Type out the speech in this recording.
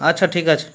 আচ্ছা ঠিক আছে